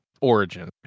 Origin